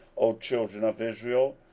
o children of israel,